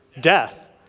death